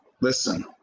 Listen